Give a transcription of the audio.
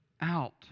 out